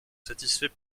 satisfait